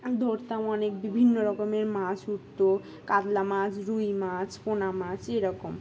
ধরতাম অনেক বিভিন্ন রকমের মাছ উঠতো কাতলা মাছ রুই মাছ পোনা মাছ এরকম